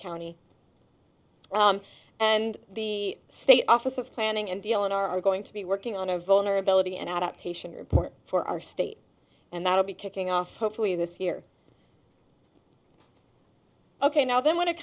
county and the state office of planning and dealing are going to be working on a vulnerability an adaptation report for our state and that will be kicking off hopefully this year ok now then when it